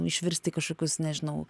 išvirsti į kažkokius nežinau